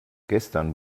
gestern